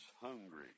hungry